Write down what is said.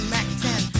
Mac-10